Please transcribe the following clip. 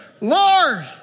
Lord